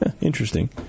Interesting